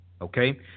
okay